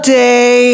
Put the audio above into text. day